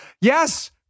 Yes